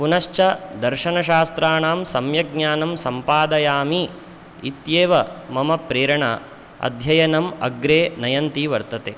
पुनश्च दर्शनशास्त्राणां सम्यग्ज्ञानं सम्पादयामि इत्येव मम प्रेरणा अध्ययनम् अग्रे नयन्ती वर्तते